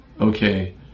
okay